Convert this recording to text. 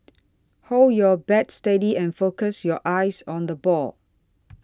hold your bat steady and focus your eyes on the ball